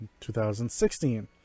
2016